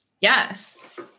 Yes